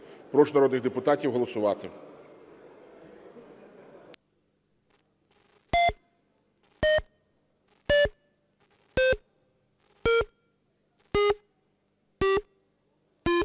Прошу народних депутатів голосувати.